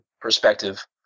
perspective